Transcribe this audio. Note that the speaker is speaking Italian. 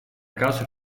casa